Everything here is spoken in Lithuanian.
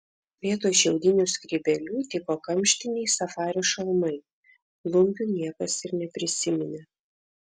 vietoj šiaudinių skrybėlių tiko kamštiniai safari šalmai klumpių niekas ir neprisiminė